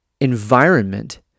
environment